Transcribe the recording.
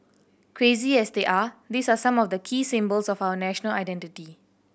crazy as they are these are some of the key symbols of our national identity